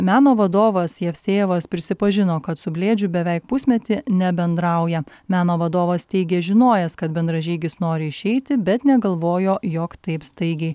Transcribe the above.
meno vadovas jevsejevas prisipažino kad su blėdžiu beveik pusmetį nebendrauja meno vadovas teigia žinojęs kad bendražygis nori išeiti bet negalvojo jog taip staigiai